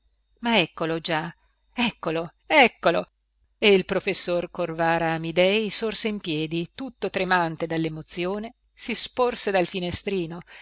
ma eccolo già eccolo eccolo e il professor corvara amidei sorse in piedi tutto tremante dallemozione si sporse dal finestrino